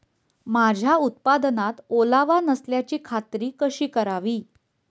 माझ्या उत्पादनात ओलावा नसल्याची खात्री कशी करावी?